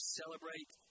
celebrate